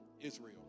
Israel